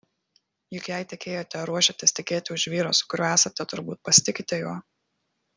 juk jei tekėjote ar ruošiatės tekėti už vyro su kuriuo esate turbūt pasitikite juo